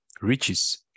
Riches